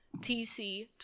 tc